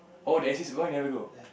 oh there's this why you never go